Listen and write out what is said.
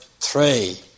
three